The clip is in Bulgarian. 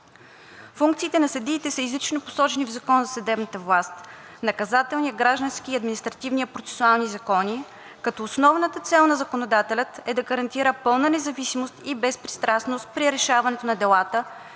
Функциите на съдиите са изрично посочени в Закона за съдебната власт, наказателния, гражданския и административния процесуален закон, като основната цел на законодателя е да гарантира пълна независимост и безпристрастност при решаването на делата